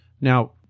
now